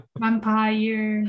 vampire